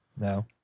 No